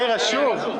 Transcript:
מאיר רשום.